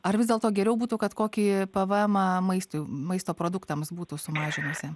ar vis dėlto geriau būtų kad kokį pėvėemą maistui maisto produktams būtų sumažinusi